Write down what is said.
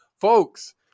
Folks